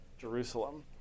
Jerusalem